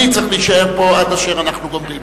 אני צריך להישאר פה עד אשר אנחנו גומרים.